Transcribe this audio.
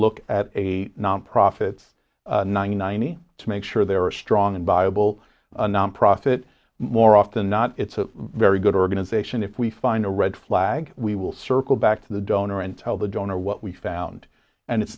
look at a nonprofits ninety nine to make sure there are strong and viable nonprofit more often not it's a very good organization if we find a red flag we will circle back to the donor and tell the donor what we found and it's